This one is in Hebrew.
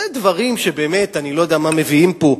אלה דברים שבאמת, אני לא יודע מה מביאים פה.